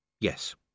Yes